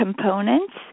components